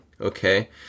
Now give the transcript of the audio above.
okay